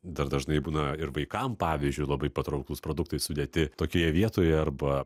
dar dažnai būna ir vaikam pavyzdžiui labai patrauklūs produktai sudėti tokioje vietoje arba